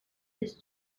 his